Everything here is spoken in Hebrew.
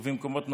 ובמקומות נוספים.